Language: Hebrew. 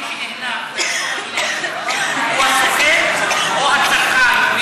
הוא הסוכן או הצרכן,